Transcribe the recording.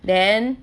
then